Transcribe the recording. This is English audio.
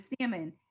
salmon